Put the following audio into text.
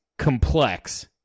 complex